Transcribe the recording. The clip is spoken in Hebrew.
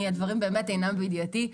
הדברים באמת אינם בידיעתי.